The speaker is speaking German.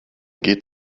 geht